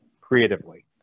creatively